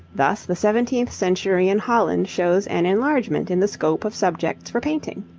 thus the seventeenth century in holland shows an enlargement in the scope of subjects for painting.